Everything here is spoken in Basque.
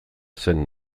zen